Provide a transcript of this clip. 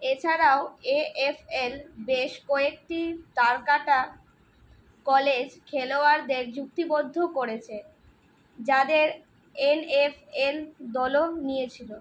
এছাড়াও এএফএল বেশ কয়েকটি তারকাটা কলেজ খেলোয়াড়দের চুক্তিবদ্ধ করেছে যাদের এনএফএল দলও নিয়েছিল